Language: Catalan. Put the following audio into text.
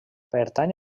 pertany